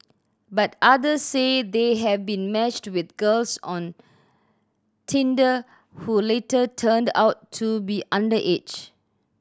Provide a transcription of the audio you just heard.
but others say they have been matched with girls on Tinder who later turned out to be underage